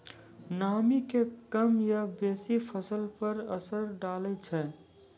नामी के कम या बेसी फसल पर की असर डाले छै?